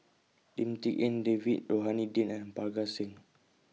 Lim Tik En David Rohani Din and Parga Singh